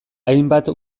hainbat